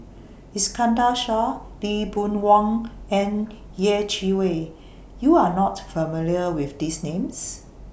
Iskandar Shah Lee Boon Wang and Yeh Chi Wei YOU Are not familiar with These Names